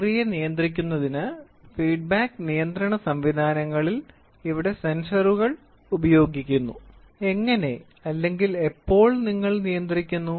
പ്രക്രിയ നിയന്ത്രിക്കുന്നതിന് ഫീഡ്ബാക്ക് നിയന്ത്രണ സംവിധാനങ്ങളിൽ ഇവിടെ സെൻസറുകൾ ഉപയോഗിക്കുന്നു എങ്ങനെ എപ്പോൾ നിങ്ങൾ നിയന്ത്രിക്കുന്നു